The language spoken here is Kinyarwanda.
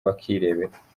bakirebera